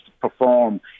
perform